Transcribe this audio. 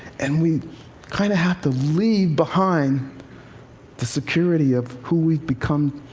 and we kind of have to leave behind the security of who we've become,